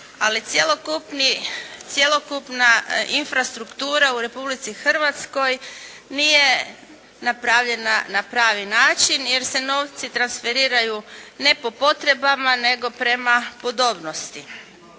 cjelokupna infrastruktura u Republici Hrvatskoj nije napravljena na pravi način jer se novci transferiraju ne po potrebama nego prema podobnosti.